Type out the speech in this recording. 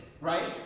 right